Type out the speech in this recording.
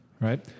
right